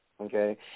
Okay